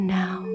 now